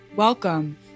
Welcome